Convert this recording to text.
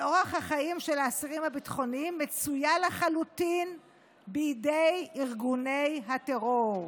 על אורח החיים של האסירים הביטחוניים מצויה לחלוטין בידי ארגוני הטרור.